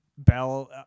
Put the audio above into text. bell